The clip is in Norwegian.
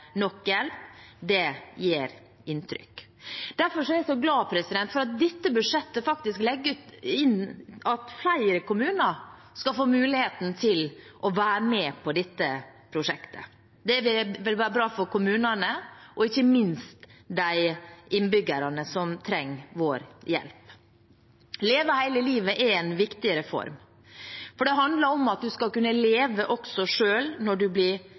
nok hjelp, gjør inntrykk. Derfor er jeg så glad for at dette budsjettet faktisk legger inn at flere kommuner skal få muligheten til å være med på prosjektet. Det vil være bra for kommunene og ikke minst for de innbyggerne som trenger vår hjelp. «Leve hele livet» er en viktig reform, for det handler om at man skal kunne leve også når man blir